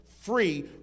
free